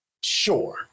sure